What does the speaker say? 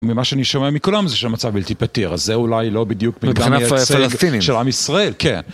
ממה שאני שומע מכולם זה שהמצב בלתי פטיר, אז זה אולי לא בדיוק... -מבחינה פלסטינית? -של עם ישראל, כן.